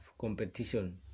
competition